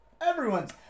Everyone's